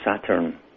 Saturn